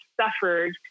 suffered